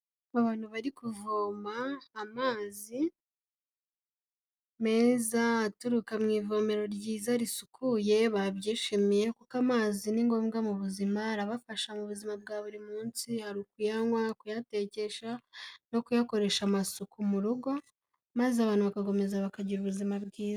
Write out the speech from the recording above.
Abantu bari kuvoma amazi meza aturuka mu ivomero ryiza risukuye babyishimiye kuko amazi ni ngombwa mu buzima arabafasha mu buzima bwa buri munsi hari ukuyanywa kuyatekesha no kuyakoresha amasuku mu rugo maze abantu bakakomeza bakagira ubuzima bwiza.